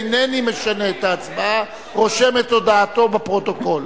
אינני משנה את ההצבעה, רושם את הודעתו בפרוטוקול.